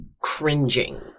cringing